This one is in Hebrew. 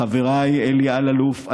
לחברי אלי אלאלוף,